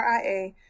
RIA